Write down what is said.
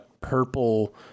purple